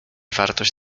wartość